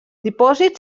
dipòsit